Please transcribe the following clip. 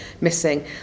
missing